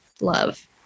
love